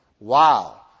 Wow